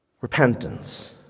Repentance